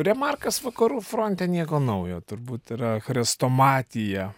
remarkas vakarų fronte nieko naujo turbūt yra chrestomatija